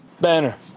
Banner